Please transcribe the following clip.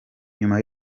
nyuma